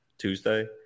tuesday